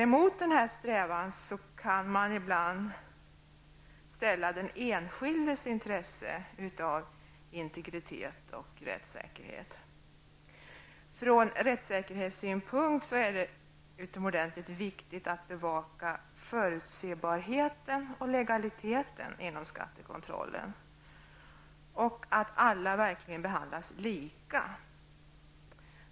Emot denna strävan kan dock ibland ställas den enskildes intresse av integritet och rättssäkerhet. Från rättssäkerhetssynpunkt är det utomordentligt viktigt att bevaka förutsebarheten och legaliteten inom skattekontrollen och att alla verkligen behandlas lika.